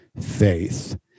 faith